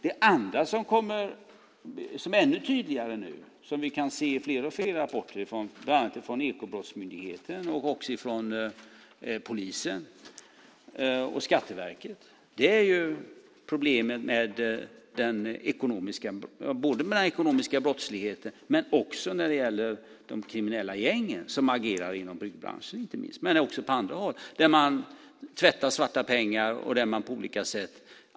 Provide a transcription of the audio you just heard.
Det andra, som är ännu tydligare nu och som vi kan se fler och fler rapporter om, bland annat från Ekobrottsmyndigheten, polisen och Skatteverket, är problemen med den ekonomiska brottsligheten och med de kriminella gäng som agerar inte minst inom byggbranschen men också på andra håll. Man tvättar svarta pengar och agerar på olika sätt.